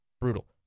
brutal